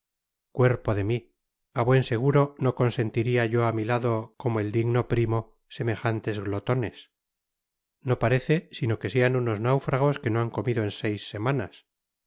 cuerpo de mi i a buen seguro no consentiria yo á mi lado como el digno primo semejantes glotones no parece sino que seau unos náufragos que no han comido en seis semanas